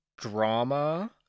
drama